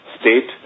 state